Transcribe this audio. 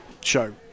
show